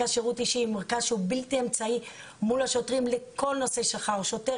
מרכז שהוא בלתי אמצעי מול השוטרים לכל נושא שכר שוטר,